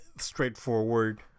straightforward